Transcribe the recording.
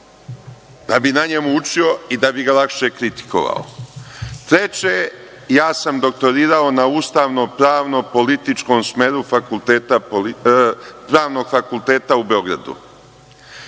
da bi na njemu učio i da bi ga lakše kritikovao. Treće, ja sam doktorirao na ustavno-pravno političkom smeru Pravnog fakulteta u Beogradu.